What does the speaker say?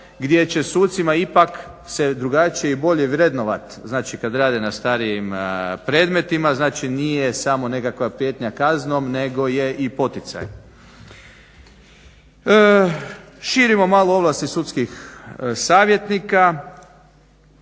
gdje će sucima ipak se drugačije i bolje vrednovat znači kad rade na starijim predmetima. Znači, nije samo nekakva prijetnja kaznom nego je i poticaj. Širimo malo ovlasti sudskih savjetnika.